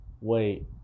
wait